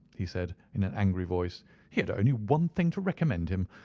he said, in an angry voice he had only one thing to recommend him,